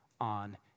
on